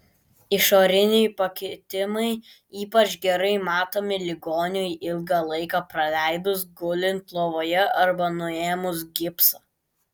išoriniai pakitimai ypač gerai matomi ligoniui ilgą laiką praleidus gulint lovoje arba nuėmus gipsą